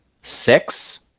six